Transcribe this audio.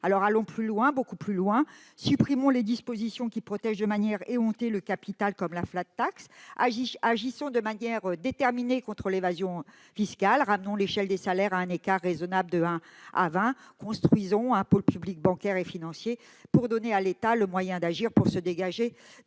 beaucoup plus loin ! Supprimons les dispositions qui protègent de manière éhontée le capital, comme la ; agissons de manière déterminée contre l'évasion fiscale ; ramenons l'échelle des salaires à un écart raisonnable de un à vingt ; construisons un pôle public bancaire et financier pour donner à l'État les moyens d'agir et de se dégager